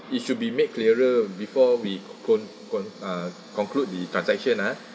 it should be made clearer before we con~ con~ uh conclude the transaction ah